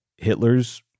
Hitler's